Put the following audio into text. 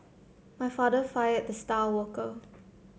my father fired the star worker